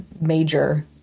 major